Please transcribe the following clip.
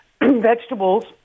vegetables